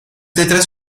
letras